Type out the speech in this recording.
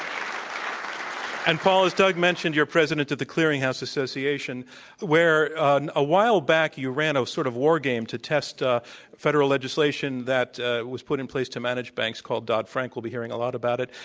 um and, paul, as doug mentioned, you're president of the clearinghouse association where and a while back you ran a sort of war game to test ah federal legislation that was put in place to manage banks called dodd-frank. we'll be hearing a lot about it.